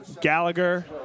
Gallagher